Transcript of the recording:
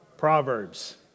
Proverbs